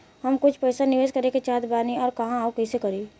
हम कुछ पइसा निवेश करे के चाहत बानी और कहाँअउर कइसे करी?